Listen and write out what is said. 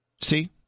See